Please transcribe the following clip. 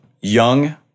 young